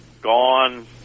gone